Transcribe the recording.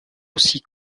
aussi